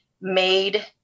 made